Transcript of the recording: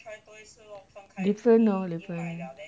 different lor different